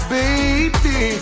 baby